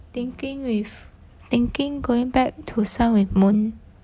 thinking with thinking going back to sun with moon